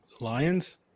Lions